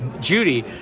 Judy